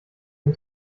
den